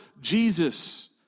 Jesus